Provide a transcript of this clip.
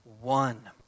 one